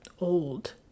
old